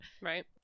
right